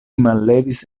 mallevis